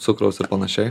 cukraus ir panašiai